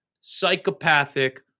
psychopathic